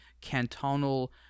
cantonal